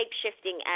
shape-shifting